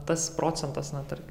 tas procentas na tarkim